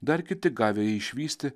dar kiti gavę jį išvysti